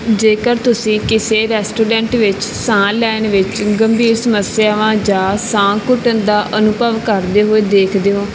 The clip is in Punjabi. ਜੇਕਰ ਤੁਸੀਂ ਕਿਸੇ ਰੈਸਟੋਰੈਂਟ ਵਿੱਚ ਸਾਹ ਲੈਣ ਵਿੱਚ ਗੰਭੀਰ ਸਮੱਸਿਆਵਾਂ ਜਾਂ ਸਾਹ ਘੁਟਣ ਦਾ ਅਨੁਭਵ ਕਰਦੇ ਹੋਏ ਦੇਖਦੇ ਹੋ